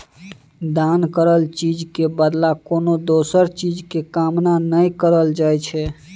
दान करल चीज के बदला कोनो दोसर चीज के कामना नइ करल जाइ छइ